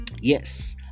Yes